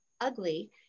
ugly